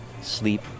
sleep